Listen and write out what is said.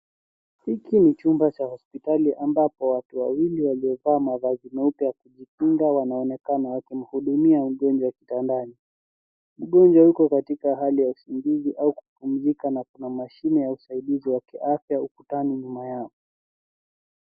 Hiki ni chumba cha hospitali ambapo watu Wawili walio vaa mavazi meupe ya kujikinga wanaonekana wakihudumia mgonjwa kitandani. Mgonjwa yuko katika hali ya usingizi au kupumzika na kuna mashine ya usaidizi wa afya ukutani nyuma yao.